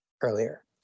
earlier